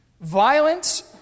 Violence